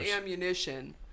ammunition